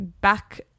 Back